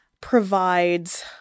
provides